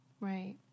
Right